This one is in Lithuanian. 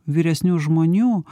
vyresnių žmonių